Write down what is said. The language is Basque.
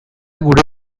gure